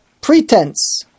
pretense